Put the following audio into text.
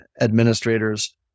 administrators